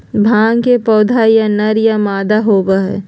भांग के पौधा या नर या मादा होबा हई